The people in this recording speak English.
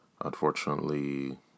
unfortunately